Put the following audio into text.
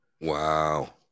Wow